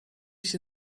się